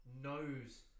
Knows